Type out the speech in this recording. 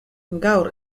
gaur